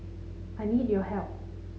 I need your help